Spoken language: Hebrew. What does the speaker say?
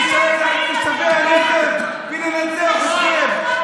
אין להם חיים, אתה, וננצח אתכם.